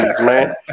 man